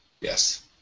Yes